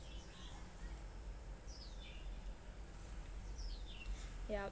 yeah